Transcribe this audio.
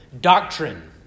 doctrine